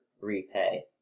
repay